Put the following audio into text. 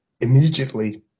immediately